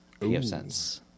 PFSense